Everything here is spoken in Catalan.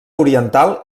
oriental